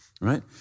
right